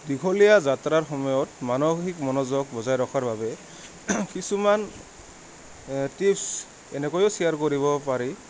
দীঘলীয়া যাত্ৰাৰ সময়ত মানসিক মনোযোগ বজাই ৰখাৰ বাবে কিছুমান টিপছ এনেকৈয়ও শ্বেয়াৰ কৰিব পাৰি